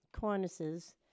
cornices